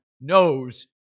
knows